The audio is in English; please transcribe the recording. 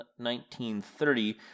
1930